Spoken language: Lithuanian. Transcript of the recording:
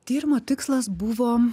tyrimo tikslas buvo